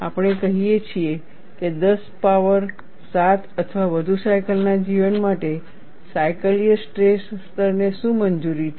આપણે કહીએ છીએ કે 10 પાવર 7 અથવા વધુ સાયકલના જીવન માટે સાયકલીય સ્ટ્રેસ સ્તરને શું મંજૂરી છે